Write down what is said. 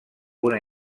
una